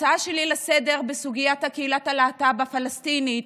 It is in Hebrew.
ההצעה שלי לסדר-היום בסוגיית קהילת הלהט"ב הפלסטינית,